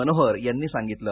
मनोहर यांनी सांगितलं